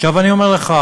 עכשיו, אני אומר לך: